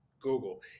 Google